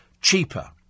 cheaper